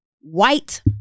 white